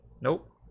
Nope